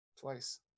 twice